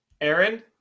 Aaron